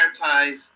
prioritize